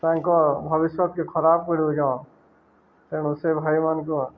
ତାଙ୍କ ଭବିଷ୍ୟତ କି ଖରାପ ପଡ଼ୁଚ ତେଣୁ ସେ ଭାଇମାନଙ୍କୁ